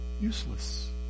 useless